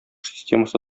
системасы